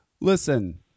Listen